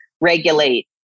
regulate